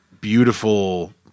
beautiful